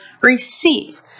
receive